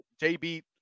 JB